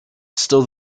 still